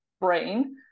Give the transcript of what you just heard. brain